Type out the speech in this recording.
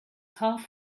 half